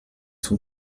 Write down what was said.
son